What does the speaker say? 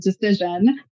decision